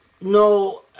no